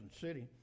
City